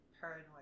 paranoid